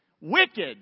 Wicked